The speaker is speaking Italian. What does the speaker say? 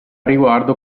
riguardo